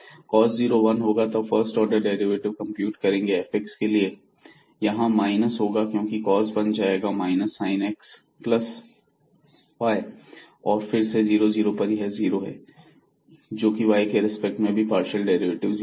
Cos 0 1 होगा और तब फर्स्ट ऑर्डर डेरिवेटिव कंप्यूट करेंगे fx के लिए यहां पर माइनस होगा क्योंकि cos बन जाएगा minus sin x plus y और फिर से 0 0 पर यह जीरो होगा y के रिस्पेक्ट में भी पार्शियल डेरिवेटिव जीरो होगा